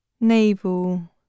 navel